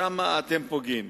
שם אתם פוגעים